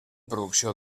producció